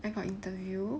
I got interview